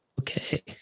okay